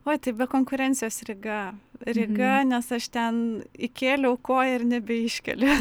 oj tai be konkurencijos ryga ryga nes aš ten įkėliau koją ir nebeiškeliu